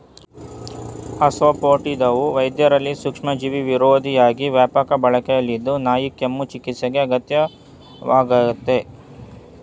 ಅಸಾಫೋಟಿಡಾವು ವೈದ್ಯದಲ್ಲಿ ಸೂಕ್ಷ್ಮಜೀವಿವಿರೋಧಿಯಾಗಿ ವ್ಯಾಪಕ ಬಳಕೆಯಲ್ಲಿದ್ದು ನಾಯಿಕೆಮ್ಮು ಚಿಕಿತ್ಸೆಗೆ ಅಗತ್ಯ ವಾಗಯ್ತೆ